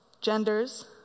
genders